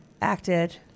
acted